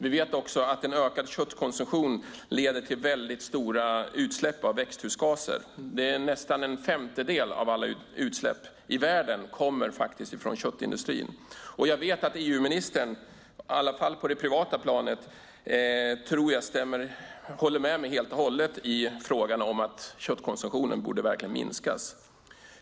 Vi vet också att en ökad köttkonsumtion leder till väldigt stora utsläpp av växthusgaser - nästan en femtedel av alla utsläpp i världen kommer faktiskt från köttindustrin. Jag tror att EU-ministern i alla fall på det privata planet håller med mig helt och hållet i frågan om att köttkonsumtionen verkligen borde minskas.